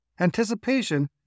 Anticipation